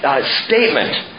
statement